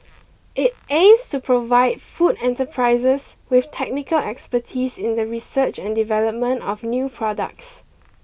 it aims to provide food enterprises with technical expertise in the research and development of new products